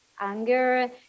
anger